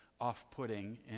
off-putting